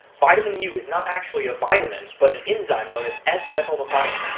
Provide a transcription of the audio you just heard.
vitamin u is not actually a vitamin, but an enzyme known as as s-methylmethionine.